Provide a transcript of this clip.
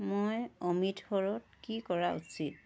মই অমৃতসৰত কি কৰা উচিত